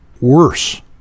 worse